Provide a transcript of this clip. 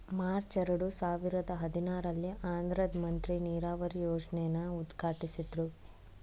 March ಎರಡು ಸಾವಿರದ ಹದಿನಾರಲ್ಲಿ ಆಂಧ್ರದ್ ಮಂತ್ರಿ ನೀರಾವರಿ ಯೋಜ್ನೆನ ಉದ್ಘಾಟ್ಟಿಸಿದ್ರು